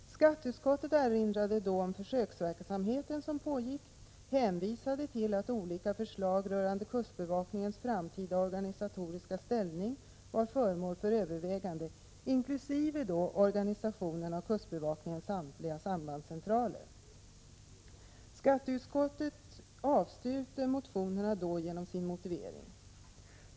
Skatteutskottet erinrade då om den försöksverksamhet som pågick och hänvisade till att olika förslag rörande kustbevakningens framtida organisatoriska ställning var föremål för övervägande, inkl. organisationen av kustbevakningens samtliga sambandscentraler. Utskottet avstyrkte motionerna med denna motivering.